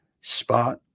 Spot